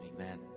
Amen